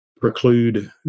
preclude